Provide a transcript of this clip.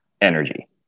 energy